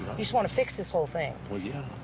just want to fix this whole thing. well, yeah.